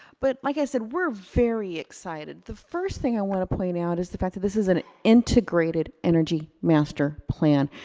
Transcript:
but like i said, we're very excited. the first thing i want to point out is the fact that this is an integrated energy master plan.